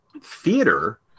theater